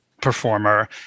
performer